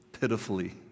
pitifully